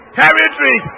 territory